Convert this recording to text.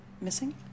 missing